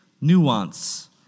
nuance